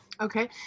okay